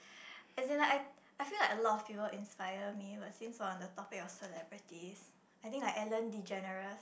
is it like I I feel like a lot of fever inspire me but since for on the topic of celebrities I think like Ellen-DeGeneres